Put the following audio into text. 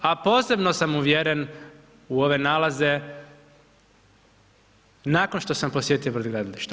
A posebno sam uvjeren u one nalaze nakon što sam posjedio brodogradilišta.